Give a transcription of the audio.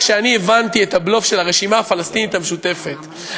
כשאני הבנתי את הבלוף של הרשימה הפלסטינית המשותפת,